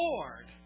Lord